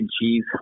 cheese